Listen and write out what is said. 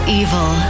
evil